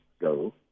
Go